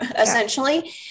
essentially